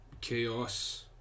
Chaos